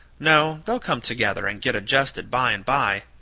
no, they'll come together and get adjusted by and by.